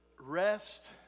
Rest